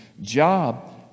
job